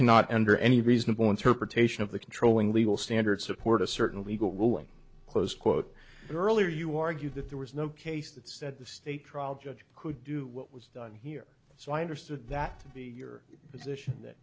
cannot under any reasonable interpretation of the controlling legal standard support a certain legal ruling close quote earlier you argued that there was no case that said the state trial judge could do what was done here so i understood that your position that